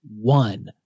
one